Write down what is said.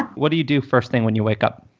what do you do first thing when you wake up?